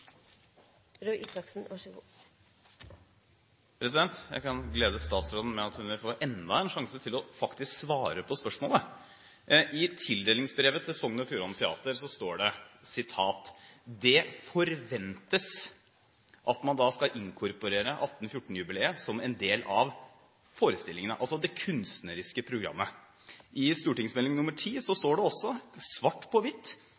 Jeg kan glede statsråden med at hun vil få enda en sjanse til faktisk å svare på spørsmålet. I tildelingsbrevet til Sogn og Fjordane Teater står det at «det forventes» at man skal inkorporere 1814-jubileet som en del av forestillingen, altså i det kunstneriske programmet. I Meld. St. nr. 10 for 2011–2012 står det også, svart på